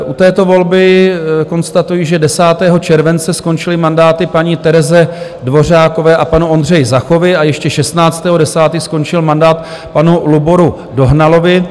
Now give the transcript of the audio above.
U této volby konstatuji, že 10. července skončily mandáty paní Tereze Dvořákové a panu Ondřeji Zachovi a ještě 16. 10. skončil mandát panu Luboru Dohnalovi.